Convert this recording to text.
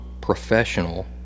professional